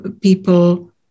people